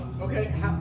Okay